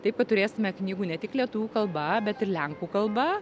taip kad turėsime knygų ne tik lietuvių kalba bet ir lenkų kalba